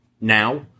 now